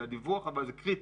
זה הדיווח אבל זה קריטי.